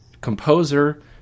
Composer